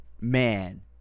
man